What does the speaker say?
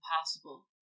impossible